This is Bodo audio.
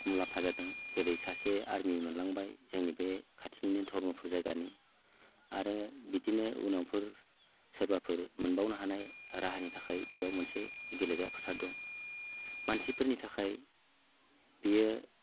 मुलाम्फा जादों जेरै सासे आर्मि मोनलांबाय जोंनि बे खाथिनिनो धर्मफुर जायगानि आरो बिदिनो उनावफोर सोरबाफोर मोनबावनो हानाय राहानि थाखाय बेयाव मोनसे गेलेग्रा फोथार दं मानसिफोरनि थाखाय बेयो